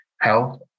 health